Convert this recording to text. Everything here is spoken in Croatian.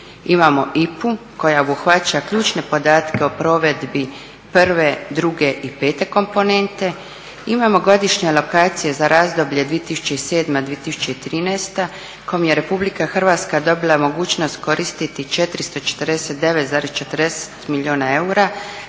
Imamo IPA-u koja obuhvaća ključne podatke o provedbi 1., 2. i 5. komponente, imamo godišnje lokacije za razdoblje 2007. – 2013. kojim je RH dobila mogućnost koristiti 449,40 milijuna eura